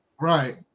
Right